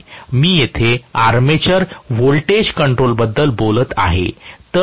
मी येथे armature voltage control बद्दल बोलत आहे